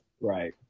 Right